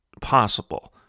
possible